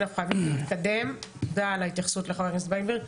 חברת הכנסת גבי לסקי,